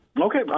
Okay